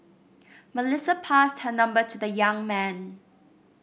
Melissa passed her number to the young man